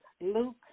Luke